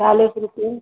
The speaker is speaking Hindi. चालीस रुपये